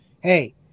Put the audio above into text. hey